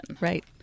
Right